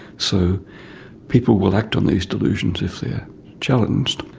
so people will act on these delusions if they're challenged,